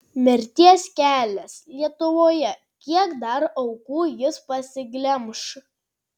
mirties kelias lietuvoje kiek dar aukų jis pasiglemš